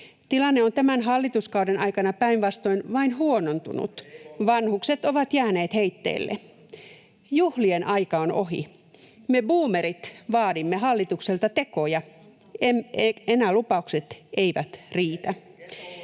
Tilanne on tämän hallituskauden aikana päinvastoin vain huonontunut. Vanhukset ovat jääneet heitteille. Juhlien aika on ohi. Me buumerit vaadimme hallitukselta tekoja. Enää lupaukset eivät riitä.